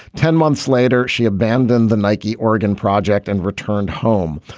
ten months later she abandoned the nike oregon project and returned home.